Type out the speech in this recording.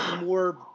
more